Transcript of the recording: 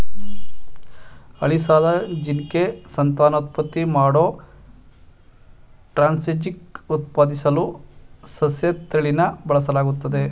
ಅಳಿಸ್ಲಾದ ಜೀನ್ಗೆ ಸಂತಾನೋತ್ಪತ್ತಿ ಮಾಡೋ ಟ್ರಾನ್ಸ್ಜೆನಿಕ್ ಉತ್ಪಾದಿಸಲು ಸಸ್ಯತಳಿನ ಬಳಸಲಾಗ್ತದೆ